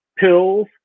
pills